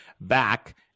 back